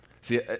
See